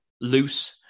loose